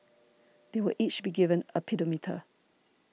they will each be given a pedometer